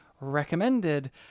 recommended